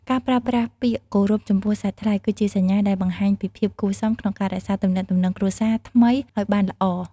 ការប្រើប្រាស់ពាក្យគោរពចំពោះសាច់ថ្លៃ គឺជាសញ្ញាដែលបង្ហាញពីភាពគួរសមក្នុងការរក្សាទំនាក់ទំនងគ្រួសារថ្មីឱ្យបានល្អ។